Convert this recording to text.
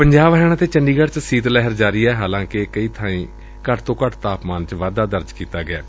ਪੰਜਾਬ ਹਰਿਆਣਾ ਤੇ ਚੰਡੀਗੜ੍ ਚ ਸੀਤ ਲਹਿਰ ਜਾਰੀ ਏ ਹਾਲਾਂਕਿ ਕਈ ਥਾਈਂ ਘੱਟ ਤੋਂ ਘੱਟ ਤਾਪਮਾਨ ਚ ਵਾਧਾ ਦਰਜ ਕੀਤਾ ਗਿਐ